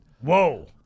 Whoa